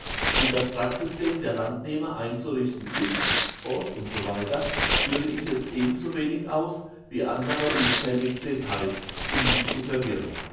wie das trucksystem der landnehmer einzurichten ist bons etc führe ich jetzt ebensowenig aus wie andere unzählige details um nicht zu verwirren